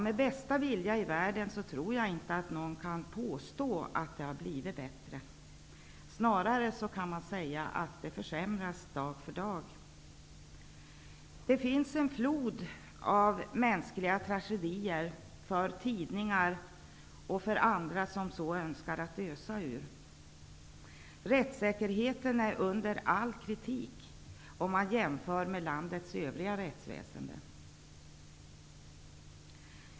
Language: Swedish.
Med bästa vilja i världen tror jag inte att någon kan påstå att det har blivit bättre. Snarare kan man säga att det försämras dag för dag. Det finns en flod av mänskliga tragedier att ösa ur för tidningar och för andra som så önskar. Rättssäkerheten är under all kritik, om man jämför med landets övriga rättsväsende.